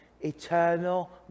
eternal